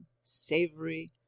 savory